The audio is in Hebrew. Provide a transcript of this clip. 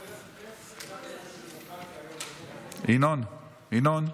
יוסף עטאונה, אינו נוכח,